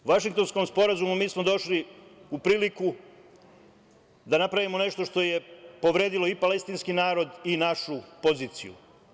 U Vašingtonskom sporazumu mi smo došli u priliku da napravimo nešto što je povredilo i palestinski narod i našu poziciju.